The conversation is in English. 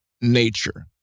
nature